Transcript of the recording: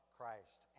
Christ